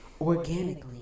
Organically